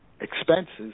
expenses